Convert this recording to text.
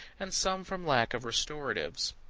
and some from lack of restoratives.